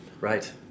Right